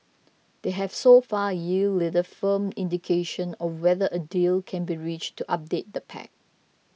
they have so far yielded little firm indication of whether a deal can be reached to update the pact